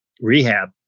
rehab